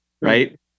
Right